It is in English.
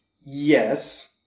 Yes